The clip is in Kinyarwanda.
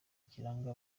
kiranga